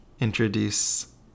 introduce